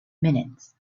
minutes